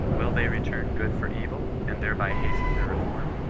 will they return good for evil, and thereby hasten their reform?